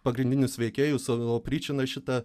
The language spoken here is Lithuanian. pagrindinius veikėjusopričiną šitą